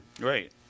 Right